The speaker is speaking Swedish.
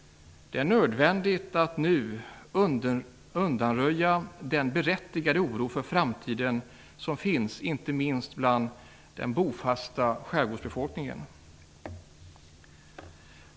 Det är nödvändigt att nu undanröja den berättigade oro för framtiden som finns, inte minst hos den bofasta skärgårdsbefolkningen.